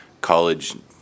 college